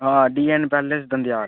हां डीऐन्न पैलेस दंदेयाल